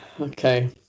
Okay